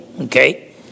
okay